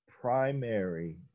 primary